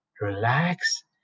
Relax